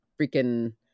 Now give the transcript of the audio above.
freaking